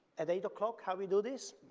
at eight o'clock how we do this,